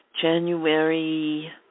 January